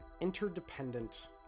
interdependent